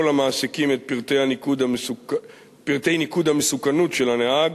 למעסיקים את פרטי ניקוד המסוכנות של הנהג